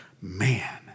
man